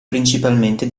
principalmente